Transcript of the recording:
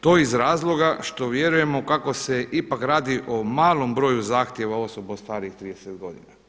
To iz razloga što vjerujemo kako se ipak radi o malom broju zahtjeva osoba starijih od 30 godina.